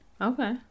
Okay